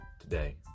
today